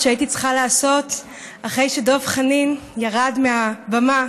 שהייתי צריכה לעשות אחרי שדב חנין ירד מהבמה